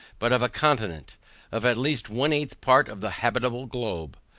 but of a continent of at least one eighth part of the habitable globe.